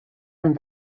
amb